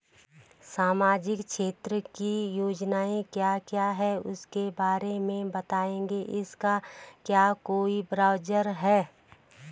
सामाजिक क्षेत्र की योजनाएँ क्या क्या हैं उसके बारे में बताएँगे इसका क्या कोई ब्राउज़र है?